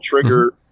trigger